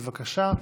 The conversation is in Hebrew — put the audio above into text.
בבקשה.